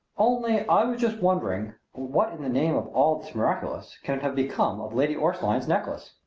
only i was just wondering what in the name of all that's miraculous can have become of lady orstline's necklace!